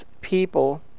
people